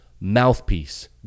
mouthpiece